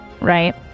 right